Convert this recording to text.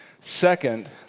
Second